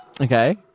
Okay